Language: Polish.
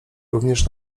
również